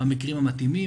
במקרים המתאימים,